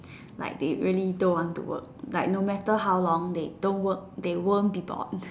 like they really don't want to work like no matter how long they don't work they won't be bored